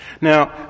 Now